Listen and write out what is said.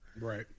Right